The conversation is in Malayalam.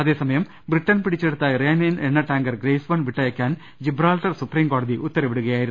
അതേസമയം ബ്രിട്ടൺ പിടിച്ചെടുത്ത ഇറാനിയൻ എണ്ണ ടാങ്കർ ഗ്രേസ് വൺ വിട്ടയക്കാൻ ജിബ്രാൾട്ടർ സൂപ്രീം കോടതി ഉത്തരവിടു കയായിരുന്നു